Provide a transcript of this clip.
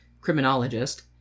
criminologist